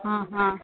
हा हा